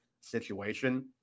situation